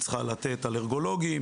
היא צריכה לתת אלרגולוגים,